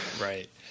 Right